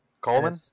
Coleman